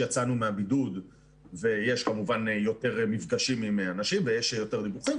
יצאנו מהבידוד ויש כמובן יותר מפגשים עם אנשים ויש דיווחים.